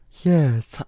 Yes